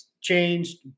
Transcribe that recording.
changed